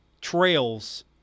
trails